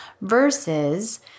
versus